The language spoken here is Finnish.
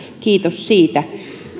kiitos siitä